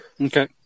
Okay